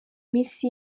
minsi